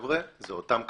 חבר'ה, זה אותן כלביות.